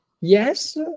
Yes